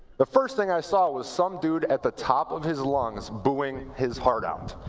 the first thing i saw was some dude at the top of his lungs booing his heart out.